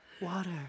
Water